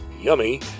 Yummy